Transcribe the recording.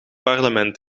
parlement